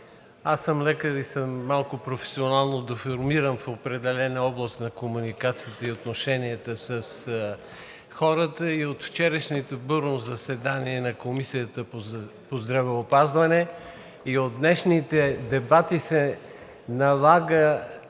Аз съм лекар и съм малко професионално деформиран в определена област на комуникацията и в отношенията с хората. От вчерашното бурно заседание на Комисията по здравеопазването, а и от днешните дебати в мен се налага